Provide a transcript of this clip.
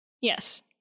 Yes